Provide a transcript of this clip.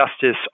Justice